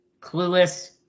Clueless